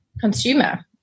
consumer